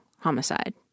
homicide